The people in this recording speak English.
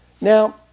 Now